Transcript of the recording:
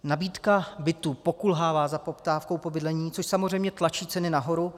Nabídka bytů pokulhává za poptávkou po bydlení, což samozřejmě tlačí ceny nahoru.